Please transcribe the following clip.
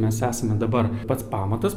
mes esame dabar pats pamatas